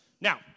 Now